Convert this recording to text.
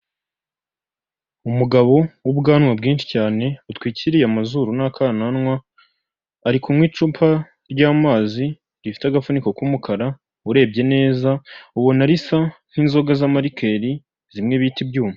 Umugabo w'ubwanwa bwinshi cyane, butwikiriye amazuru n'akananwa, ari kunywa icupa ry'amazi, rifite agafuniko k'umukara, urebye neza ubona risa n'kinzoga z'amarikeri, zimwe biti ibyuma.